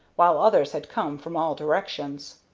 while others had come from all directions.